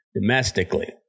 domestically